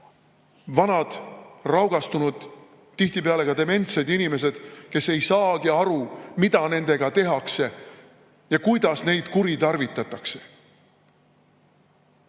vanad, raugastunud, tihtipeale ka dementsed inimesed, kes ei saagi aru, mida nendega tehakse ja kuidas neid kuritarvitatakse.